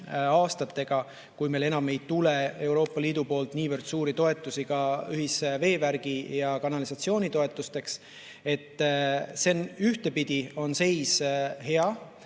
aastatel, kui meile enam ei tule Euroopa Liidult niivõrd suuri toetusi ühisveevärgi ja -kanalisatsiooni toetuseks. Ühtepidi on seis hea,